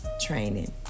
training